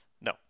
No